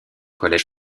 collège